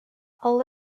all